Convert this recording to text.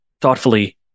thoughtfully